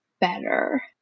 better